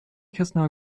kästner